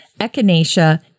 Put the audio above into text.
echinacea